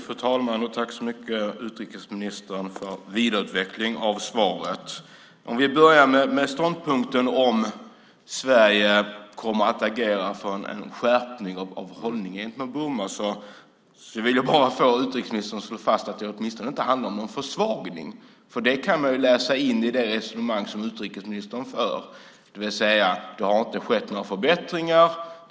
Fru talman! Tack så mycket, utrikesministern, för vidareutveckling av svaret! Jag ska börja med ståndpunkten om Sverige kommer att agera för en skärpning av hållningen mot Burma. Det vore bra om utrikesministern kunde slå fast att det åtminstone inte handlar om en försvagning. Det kan man läsa in i det resonemang som utrikesministern för, det vill säga att det inte har skett några förbättringar.